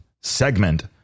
segment